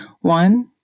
One